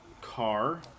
car